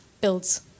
builds